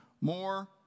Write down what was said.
more